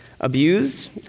abused